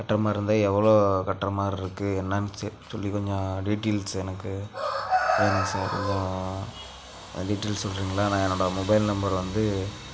கட்டுற மாதிரி இருந்தால் எவ்வளோ கட்டுற மாதிரி இருக்குது என்னென்னு செ சொல்லி கொஞ்சம் டீட்டெயில்ஸ் எனக்கு வேணும் சார் கொஞ்சம் டீட்டெயில்ஸ் சொல்றிங்களா நான் என்னோடய மொபைல் நம்பர் வந்து